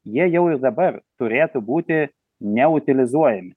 jie jau ir dabar turėtų būti ne utilizuojami